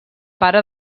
pare